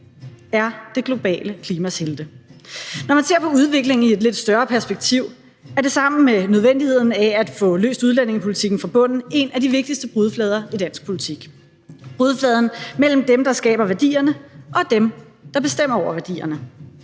er det globale klimas helte. Når man ser på udviklingen i et lidt større perspektiv, er det sammen med nødvendigheden af at få løst udlændingepolitikken fra bunden en af de vigtigste brudflader i dansk politik – brudfladen mellem dem, der skaber værdierne, og dem, der bestemmer over værdierne.